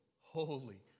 holy